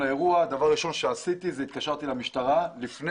הדבר הראשון שעשיתי כשהגעתי למקום האירוע הוא להתקשר למשטרה כדי לדווח,